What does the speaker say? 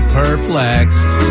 perplexed